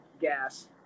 gas